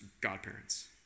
godparents